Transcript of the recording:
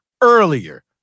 earlier